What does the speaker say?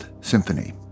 symphony